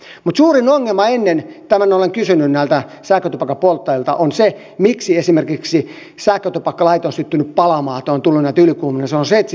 mutta suurin ongelma tämän olen kysynyt näiltä sähkötupakan polttajilta miksi esimerkiksi sähkötupakkalaite on syttynyt palamaan että on tullut näitä ylikuumentumisia on se että sitä on käytetty väärin